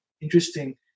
Interesting